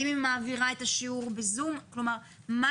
האם היא מעבירה את השיעור בזום?